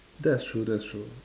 that's true that's true